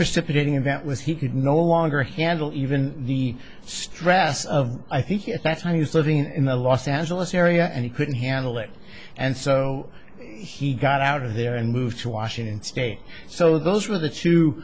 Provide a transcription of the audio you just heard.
precipitating event was he could no longer handle even the stress of i think if that's how you serving in the los angeles area and he couldn't handle it and so he got out of there and moved to washington state so those were the two